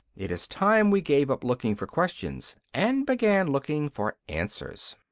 it is time we gave up looking for questions and began looking for answers.